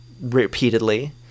repeatedly